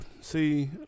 See